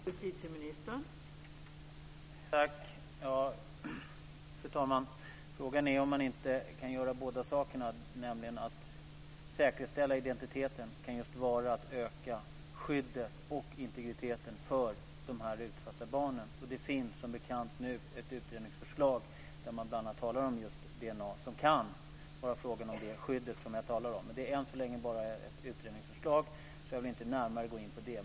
Fru talman! Frågan är om man inte kan göra båda sakerna. Att säkerställa identiteten kan just vara ett sätt att öka skyddet och integriteten för de utsatta barnen. Det finns nu som bekant ett utredningsförslag där man bl.a. talar om just DNA. Det kan vara fråga om det i det här skyddet som jag talar om. Det är än så länge bara ett utredningsförslag, så jag vill inte gå in på det.